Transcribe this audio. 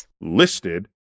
listed